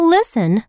Listen